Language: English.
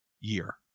year